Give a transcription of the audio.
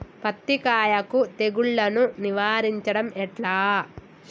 పత్తి కాయకు తెగుళ్లను నివారించడం ఎట్లా?